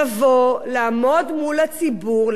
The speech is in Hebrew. לבוא לעמוד מול הציבור,